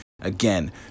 Again